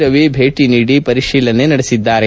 ರವಿ ಭೇಟಿ ನೀಡಿ ಪರಿಶೀಲನೆ ನಡೆಸಿದ್ದಾರೆ